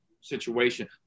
situation